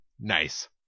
Nice